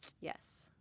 Yes